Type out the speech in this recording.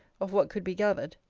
of what could be gathered.